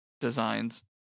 designs